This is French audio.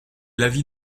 l’avis